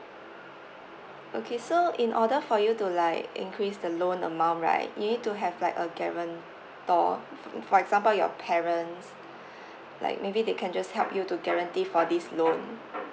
okay so in order for you to like increase the loan amount right you need to have like a guarantor f~ for example your parents like maybe they can just help you to guarantee for this loan